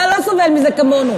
אתה לא סובל מזה כמונו.